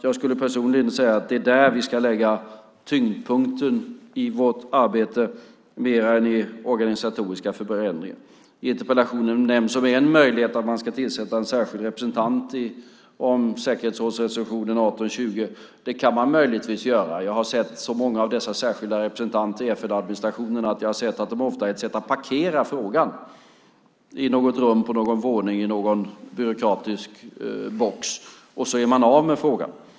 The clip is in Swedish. Jag skulle personligen säga att det är där som vi ska lägga tyngdpunkten i vårt arbete mer än i organisatoriska förändringar. I interpellationen nämns som en möjlighet att man ska tillsätta en särskild representant om säkerhetsrådets resolution 1820. Det kan man möjligtvis göra. Jag har sett så många av dessa särskilda representanter i FN-administrationen att jag har sett att de ofta är ett sätt att parkera frågan i något rum på någon våning i någon byråkratisk box. Sedan är man av med frågan.